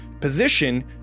position